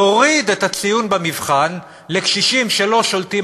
להוריד את הציון במבחן לקשישים שלא שולטים